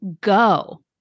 go